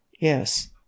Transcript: Yes